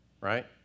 Right